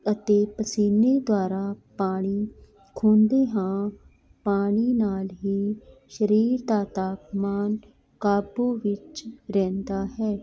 ਅਤੇ ਪਸੀਨੇ ਦੁਆਰਾ ਪਾਣੀ ਖੂਦੇ ਹਾਂ ਪਾਣੀ ਨਾਲ਼ ਹੀ ਸ਼ਰੀਰ ਦਾ ਤਾਪਮਾਨ ਕਾਬੂ ਵਿੱਚ ਰਹਿੰਦਾ ਹੈ